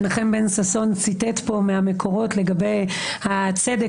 מנחם בן ששון ציטט פה מהמקורות לגבי הצדק